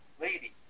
lady